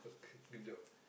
good job